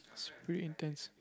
it's pretty intense